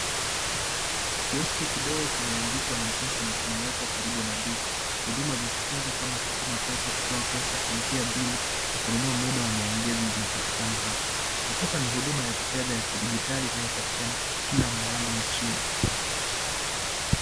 Kioski kidogo kimeandikwa mpesa, na kimewekwa karibu na duka. Huduma za kifedha kama kutuma pesa, kutoa pesa, na kulipia bili na kununua muda ya maongezi zinapatikana hapa, pesa ni huduma ya kifedaha ya kijidigitali inayopatikana kila mahali nchini.